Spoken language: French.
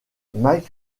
mike